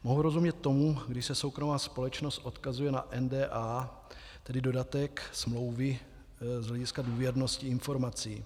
Mohu rozumět tomu, když se soukromá společnost odkazuje na NDA, tedy dodatek smlouvy z hlediska důvěrnosti informací.